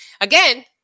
Again